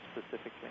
specifically